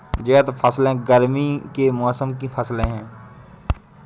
ज़ैद फ़सलें गर्मी के मौसम की फ़सलें हैं